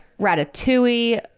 ratatouille